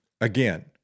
again